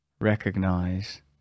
Recognize